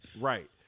Right